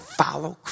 follow